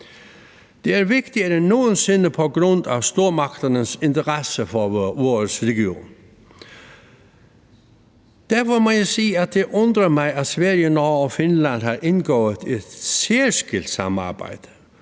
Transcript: Det er vigtigere end nogen sinde på grund af stormagternes interesse for vores region. Derfor må jeg sige, at det undrer mig, at Sverige, Norge og Finland har indgået et særskilt samarbejde,